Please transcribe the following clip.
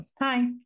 Hi